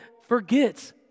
forgets